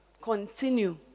continue